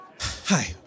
Hi